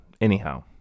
anyhow